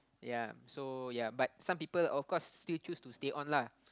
ya so ya but some people of course still choose to stay on lah